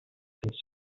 the